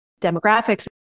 demographics